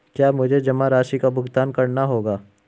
क्या मुझे जमा राशि का भुगतान करना होगा?